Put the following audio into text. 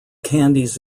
candies